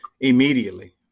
immediately